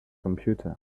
computer